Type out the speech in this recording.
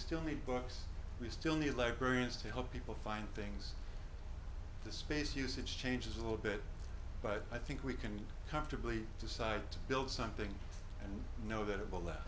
still need books we still need librarians to help people find things the space usage changes a little bit but i think we can comfortably decide to build something and know that it will la